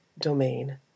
domain